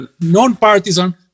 non-partisan